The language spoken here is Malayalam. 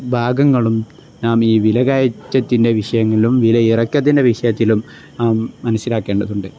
ഭാഗങ്ങളും നാം ഈ വിലക്കയറ്റത്തിൻ്റെ വിഷയങ്ങളിലും വില ഇറക്കത്തിൻ്റെ വിഷയത്തിലും മനസ്സിലാക്കേണ്ടതുണ്ട്